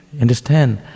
understand